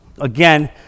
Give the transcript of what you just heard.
again